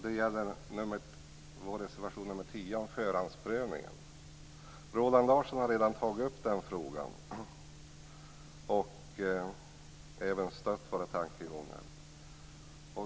Det gäller vår reservation nr 10 om förhandsprövning. Roland Larsson har redan tagit upp den frågan och även ställt sig bakom våra tankegångar.